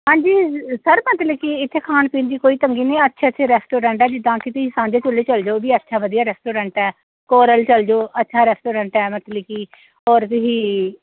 ਹਾਂਜੀ ਸਰ ਮਤਲਬ ਕਿ ਇੱਥੇ ਖਾਣ ਪੀਣ ਦੀ ਕੋਈ ਤੰਗੀ ਨਹੀਂ ਅੱਛੇ ਅੱਛੇ ਰੈਸਟੋਰੈਂਟ ਆ ਜਿੱਦਾਂ ਕਿ ਤੁਸੀਂ ਸਾਂਝੇ ਚੁੱਲੇ ਚੱਲ ਜਾਓ ਉਹ ਵੀ ਅੱਛਾ ਵਧੀਆ ਰੈਸਟੋਰੈਂਟ ਹੈ ਕੋਰਲ ਚਲ ਜਾਓ ਅੱਛਾ ਰੈਸਟੋਰੈਂਟ ਹੈ ਮਤਲਬ ਕਿ ਔਰ ਤੁਹੀ